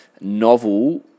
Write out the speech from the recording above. novel